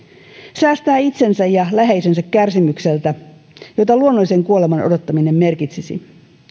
säästää itsensä ja läheisensä kärsimykseltä jota luonnollisen kuoleman odottaminen merkitsisi